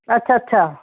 ਅੱਛਾ ਅੱਛਾ